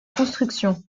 construction